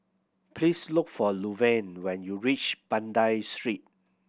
please look for Luverne when you reach Banda Street